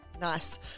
Nice